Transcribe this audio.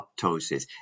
apoptosis